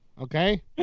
Okay